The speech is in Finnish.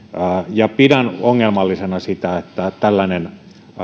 ja pidän ongelmallisena sitä että tällainen